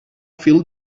fil